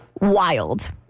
Wild